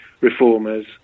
reformers